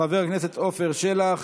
חבר הכנסת עפר שלח